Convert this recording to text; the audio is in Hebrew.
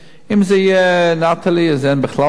אם זה "נטלי" אז אין בכלל בעיה,